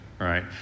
right